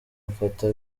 mfata